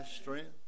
strength